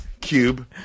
cube